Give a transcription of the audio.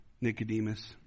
Nicodemus